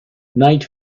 night